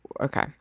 Okay